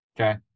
Okay